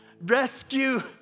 rescue